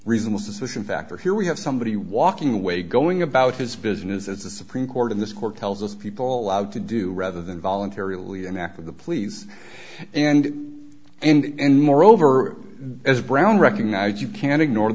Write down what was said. reason the suspicion factor here we have somebody walking away going about his business as the supreme court in this court tells us people allowed to do rather than voluntarily an act of the police and and moreover as brown recognized you can't ignore